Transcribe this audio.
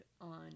on